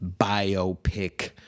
biopic